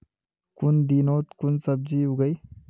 कुन दिनोत कुन सब्जी उगेई?